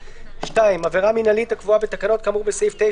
(2) עבירה מינהלית הקבועה בתקנות כאמור בסעיף 9